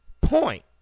point